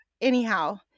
anyhow